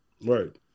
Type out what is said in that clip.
Right